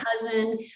cousin